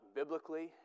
biblically